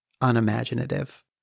unimaginative